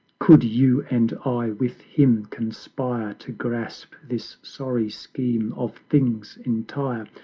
could you and i with him conspire to grasp this sorry scheme of things entire,